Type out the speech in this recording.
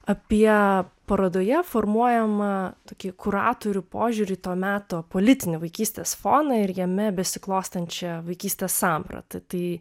apie parodoje formuojamą tokį kuratorių požiūrį į to meto politinį vaikystės foną ir jame besiklostančią vaikystės sampratą tai